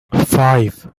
five